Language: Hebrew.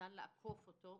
שניתן לעקוף אותו,